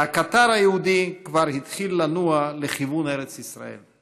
והקטר היהודי כבר התחיל לנוע לכיוון ארץ ישראל.